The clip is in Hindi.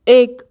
एक